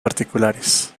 particulares